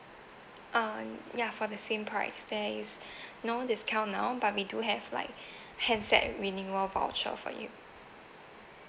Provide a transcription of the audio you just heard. um ya for the same price there is no discount now but we do have like handset renewal voucher for you